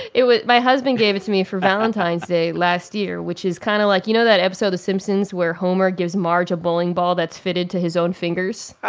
it was my husband gave it to me for valentine's day last year, which is kind of like you know that episode of the simpsons where homer gives marge a bowling ball that's fitted to his own fingers?